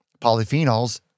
polyphenols